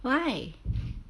why